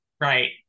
Right